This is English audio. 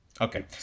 Okay